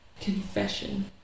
confession